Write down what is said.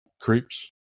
creeps